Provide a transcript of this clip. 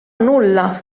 nulla